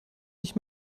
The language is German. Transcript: ich